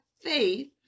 faith